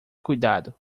cuidado